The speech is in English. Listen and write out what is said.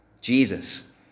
Jesus